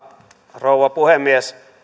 rouva puhemies